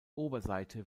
oberseite